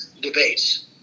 debates